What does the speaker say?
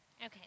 Okay